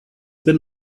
been